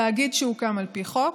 תאגיד שהוקם על פי חוק,